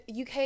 UK